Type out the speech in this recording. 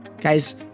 Guys